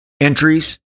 entries